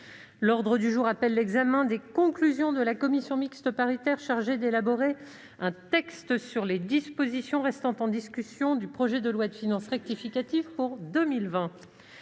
L'ordre du jour appelle l'examen des conclusions de la commission mixte paritaire chargée d'élaborer un texte sur les dispositions restant en discussion du projet de loi de finances rectificative pour 2020